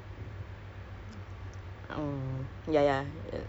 U_I it's called U_I and U_X design lah